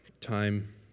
time